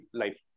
life